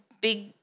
big